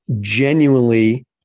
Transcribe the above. genuinely